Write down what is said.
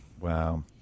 Wow